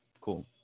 Cool